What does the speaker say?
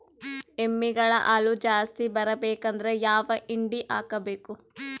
ಎಮ್ಮಿ ಗಳ ಹಾಲು ಜಾಸ್ತಿ ಬರಬೇಕಂದ್ರ ಯಾವ ಹಿಂಡಿ ಹಾಕಬೇಕು?